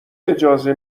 اجازه